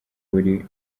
buri